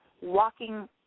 walking